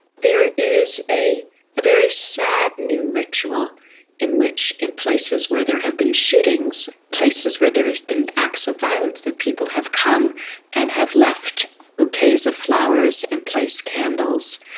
there is a very sad new ritual in which in places where there has been shootings, places where there has been acts of violence, that people have come and have left bouquets of flowers and placed candles,